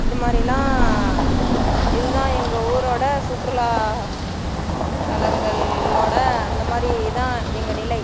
இது மாதிரிலா இதுதான் எங்கள் ஊரோடய சுற்றுலா தலங்கள்ளோடய அந்தமாதிரி தான் எங்கள் நிலை